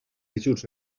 ajuts